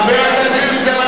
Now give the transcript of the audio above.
חבר הכנסת נסים זאב,